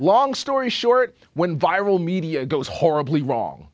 long story short when viral media goes horribly wrong